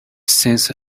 seems